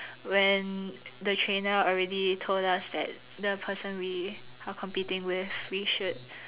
when the trainer already told us that the person we are competing with we should